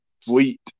fleet